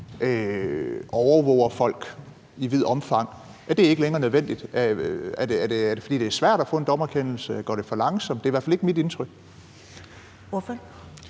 overvåger folk i vidt omfang, ikke længere er nødvendigt? Er det, fordi det er svært at få en dommerkendelse? Går det for langsomt? Det er i hvert fald ikke mit indtryk. Kl.